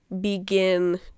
begin